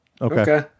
Okay